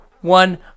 One